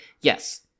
Yes